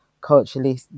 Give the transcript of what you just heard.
culturally